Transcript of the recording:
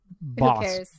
boss